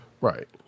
Right